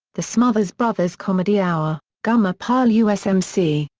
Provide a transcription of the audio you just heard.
the smothers brothers comedy hour, gomer pyle usmc,